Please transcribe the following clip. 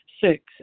six